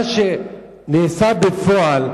מה שנעשה בפועל,